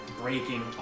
breaking